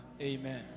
Amen